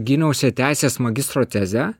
gyniausi teisės magistro tezę